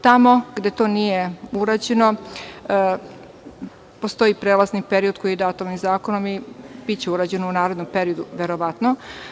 Tamo gde to nije urađeno, postoji prelazni period koji je dat ovim zakonom i biće urađeno u narednom periodu, verovatno.